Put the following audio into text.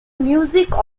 music